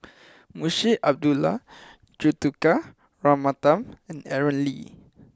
Munshi Abdullah Juthika Ramanathan and Aaron Lee